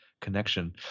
connection